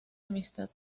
amistad